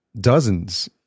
dozens